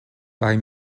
kaj